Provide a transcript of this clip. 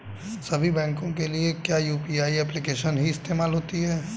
सभी बैंकों के लिए क्या यू.पी.आई एप्लिकेशन ही इस्तेमाल होती है?